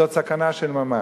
זאת סכנה של ממש.